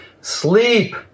sleep